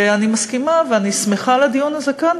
ואני מסכימה ואני שמחה על הדיון הזה כאן,